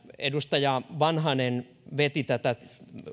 edustaja vanhanen veti tätä